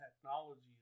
technology